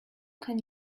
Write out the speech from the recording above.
can